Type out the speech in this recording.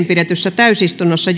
pidetyssä täysistunnossa